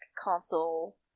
console